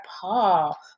Paul